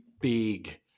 big